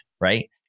right